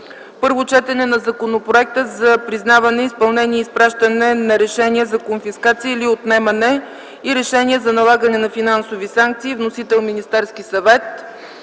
Първо четене на Законопроекта за признаване, изпълнение и изпращане на решения за конфискация или отнемане и решения за налагане на финансови санкции. Вносител е Министерският съвет.